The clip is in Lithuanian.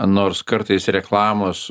nors kartais reklamos